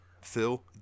Phil